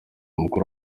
mukuru